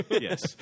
Yes